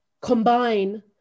combine